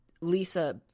Lisa